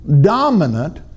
dominant